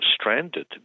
stranded